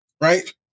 Right